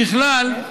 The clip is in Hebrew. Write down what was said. ככלל,